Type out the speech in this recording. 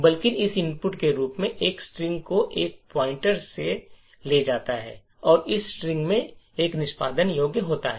बल्कि यह इनपुट के रूप में एक स्ट्रिंग को एक पॉइंटर ले जाता है और इस स्ट्रिंग में एक निष्पादन योग्य होता है